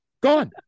gone